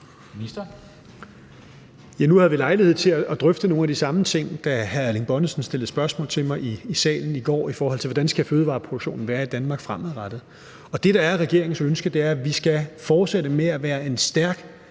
Nu havde vi lejlighed til at drøfte nogle af de samme ting, da hr. Erling Bonnesen stillede spørgsmål til mig i salen i går, i forhold til hvordan fødevareproduktionen skal være i Danmark fremadrettet. Og det, der er regeringens ønske, er, at vi skal fortsætte med at være en stærk